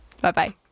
Bye-bye